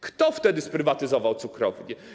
Kto wtedy sprywatyzował cukrownie?